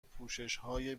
پوششهای